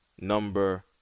number